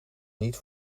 niet